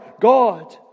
God